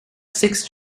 six